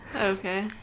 okay